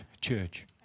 church